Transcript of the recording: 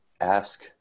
ask